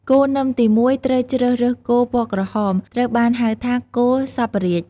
គោនឹមទី១ ត្រូវជ្រើសរើសគោ ពណ៌ក្រហម ត្រូវបានហៅថា គោសព្វរាជ។